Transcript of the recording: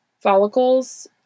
follicles